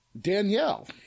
Danielle